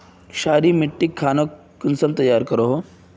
क्षारी मिट्टी खानोक कुंसम तैयार करोहो?